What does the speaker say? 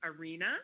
arena